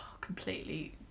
completely